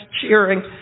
cheering